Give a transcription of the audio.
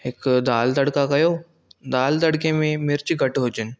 हिकु दाल तड़का कयो दाल तड़के में मिर्चु घटि हुजनि